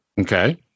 Okay